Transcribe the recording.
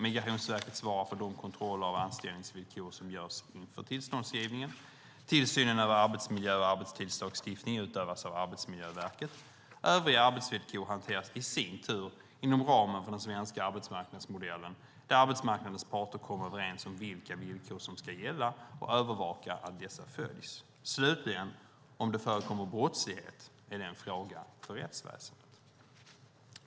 Migrationsverket svarar för de kontroller av anställningsvillkor som görs inför tillståndsgivningen. Tillsynen över arbetsmiljö och arbetstidslagstiftning utövas av Arbetsmiljöverket. Övriga arbetsvillkor hanteras i sin tur inom ramen för den svenska arbetsmarknadsmodellen, där arbetsmarknadens parter kommer överens om vilka villkor som ska gälla och övervakar att dessa följs. Slutligen, om det förekommer brottslighet är det en fråga för rättsväsendet.